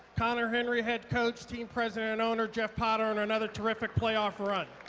conner henry head coach, team president and owner jeff potter, and on another terrific playoff run.